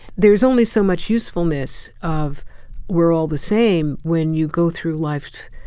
there's only so much usefulness of we're all the same when you go through life,